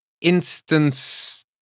instance